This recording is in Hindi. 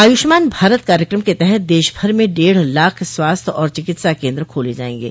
आयुष्मान भारत कार्यक्रम के तहत देश भर में डेढ़ लाख स्वास्थ और चिकित्सा केन्द्र खोले जाएंगे